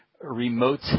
remote